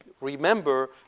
remember